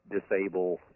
disable